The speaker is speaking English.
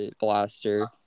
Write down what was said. blaster